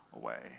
away